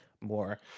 more